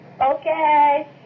Okay